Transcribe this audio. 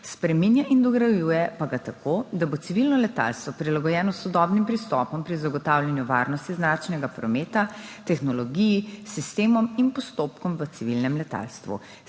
spreminja in dograjuje pa ga tako, da bo civilno letalstvo prilagojeno sodobnim pristopom pri zagotavljanju varnosti zračnega prometa, tehnologiji, sistemom in postopkom v civilnem letalstvu.